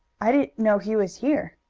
i didn't know he was here.